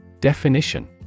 Definition